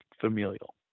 familial